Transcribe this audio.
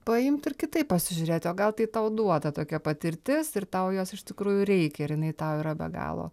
paimt ir kitaip pasižiūrėti o gal tai tau duota tokia patirtis ir tau jos iš tikrųjų reikia ir jinai tau yra be galo